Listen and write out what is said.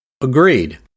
Agreed